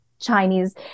Chinese